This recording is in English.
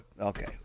Okay